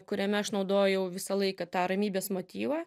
kuriame aš naudojau visą laiką tą ramybės motyvą